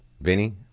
Vinny